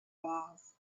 bars